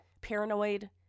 Paranoid